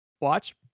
Watch